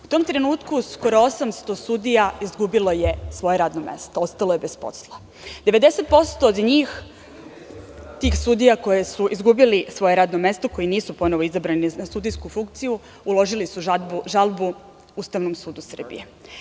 U tom trenutku skoro 800 sudija izgubilo je svoje radno mesto, ostalo je bez posla i 90% tih sudija koji su izgubili svoje radno mesto, koji nisu ponovo izabrani na sudijsku funkciju, uložili su žalbu Ustavnom sudu Srbije.